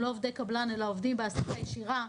יהיו עובדי קבלן אלא עובדים בהעסקה ישירה.